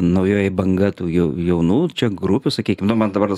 naujoji banga tų jau jaunų čia grupių sakykim nu man dabar tas